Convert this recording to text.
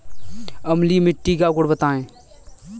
अम्लीय मिट्टी का गुण बताइये